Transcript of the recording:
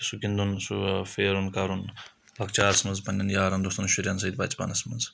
سُہ گِنٛدُن سُہ پھَیرُن کَرُن لَکچارَس منٛز پَننؠن یارَن دوستَن شُرؠن سۭتۍ بَچپَنَس منٛز